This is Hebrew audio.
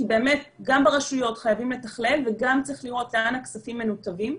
כי באמת גם ברשויות חייבים לתכלל וגם צריך לראות לאן הכספים מנותבים,